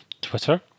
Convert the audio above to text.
Twitter